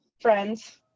friends